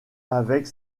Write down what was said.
avec